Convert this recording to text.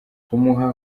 kumuha